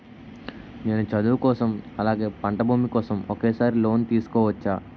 నేను చదువు కోసం అలాగే పంట భూమి కోసం ఒకేసారి లోన్ తీసుకోవచ్చా?